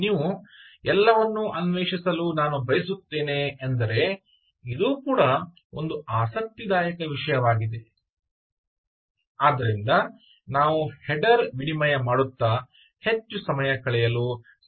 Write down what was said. ನೀವು "ಎಲ್ಲವನ್ನೂ ಅನ್ವೇಷಿಸಲು ನಾನು ಬಯಸುತ್ತೇನೆ" ಎಂದರೆ ಇದು ಕೂಡ ಒಂದು ಆಸಕ್ತಿದಾಯಕ ವಿಷಯವಾಗಿದೆ ಮತ್ತು ಆದ್ದರಿಂದ ನಾವು ಹೆಡರ್ ವಿನಿಮಯ ಮಾಡುತ್ತಾ ಹೆಚ್ಚು ಸಮಯ ಕಳೆಯಲು ಸಾಧ್ಯವಾಗುವುದಿಲ್ಲ